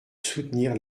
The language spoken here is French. soutenir